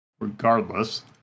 regardless